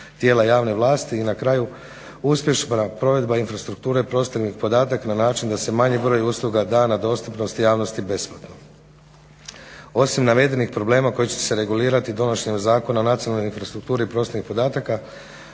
tijela javne vlasti. I na kraju uspješna provedba infrastrukture prostornih podataka na način da se manji broj usluga da na dostupnost i javnosti besplatno. Osim navedenih problema koji će se regulirati donošenjem Zakona o nacionalnoj infrastrukturi prostornih podataka